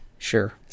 Sure